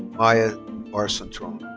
maya r. citron.